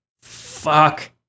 Fuck